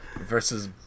versus